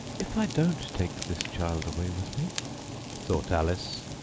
if i don't take this child away with me thought alice,